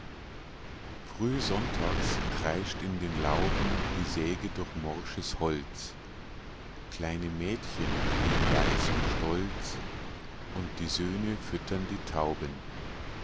früh sonntags kreischt in den lauben die säge durch morsches holz kleine mädchen gehn weiss und stolz und die söhne füttern die tauben